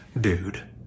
dude